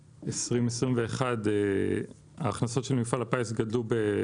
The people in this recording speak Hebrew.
ל-2021, גדלו ההכנסות של מפעל הפיס ב-22%.